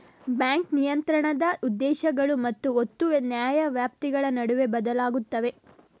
bank ನಿಯಂತ್ರಣದ ಉದ್ದೇಶಗಳು ಮತ್ತು ಒತ್ತು ನ್ಯಾಯವ್ಯಾಪ್ತಿಗಳ ನಡುವೆ ಬದಲಾಗುತ್ತವೆ